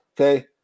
Okay